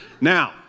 Now